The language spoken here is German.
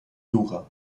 jura